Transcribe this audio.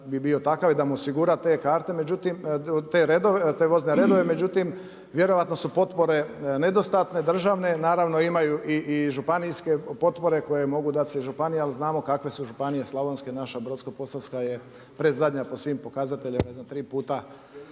bi bio takav i da mu osigura karte, te vozne redove. Međutim, vjerojatno su potpore nedostane, državne, naravno imaju i županijske potpore koje mogu dati županija, ali znamo kakve su županije slavonske, naša Brodsko-posavska je predzadnja po svim pokazateljima, 3 puta